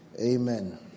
Amen